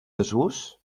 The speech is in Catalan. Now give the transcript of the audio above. desús